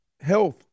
health